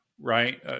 right